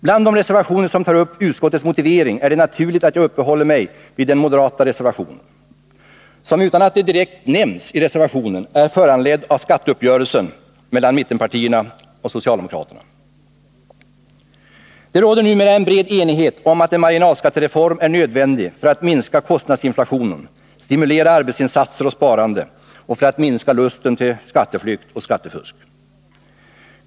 Bland de reservationer som tar upp utskottets motivering är det naturligt att jag uppehåller mig vid den moderata reservationen, som utan att det direkt nämns i reservationen är föranledd av skatteuppgörelsen mellan mittenpartierna och socialdemokraterna. Det råder numera en bred enighet om att en marginalskattereform är nödvändig för att minska kostnadsinflationen, stimulera arbetsinsatser och sparande och för att minska lusten till skatteflykt och skattefusk.